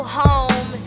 home